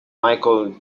michel